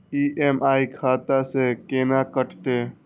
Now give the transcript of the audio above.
EMI खाता से केना कटते?